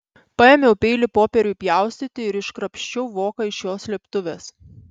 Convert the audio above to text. paėmiau peilį popieriui pjaustyti ir iškrapščiau voką iš jo slėptuvės